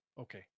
Okay